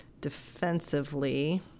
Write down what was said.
defensively